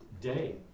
day